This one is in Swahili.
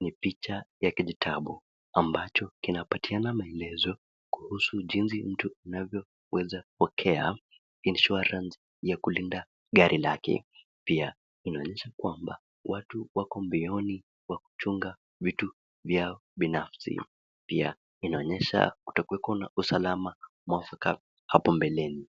ni picha ya kijitabu ambacho kinapatiana maelezo kuhusu jinsi mtu anavyoweza pokea insurance ya kulinda gari lake pia inaonyesha kwamba watu wako mbioni wa kuchunga vitu vyao binafsi. Pia inaonyesha kutakuweko na usalama mwafaka hapo mbeleni.